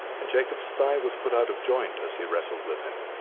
and jacob's thigh was put out of joint as he wrestled with him.